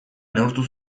neurtu